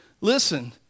listen